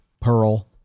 Pearl